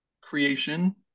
creation